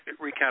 recap